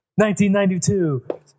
1992